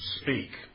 speak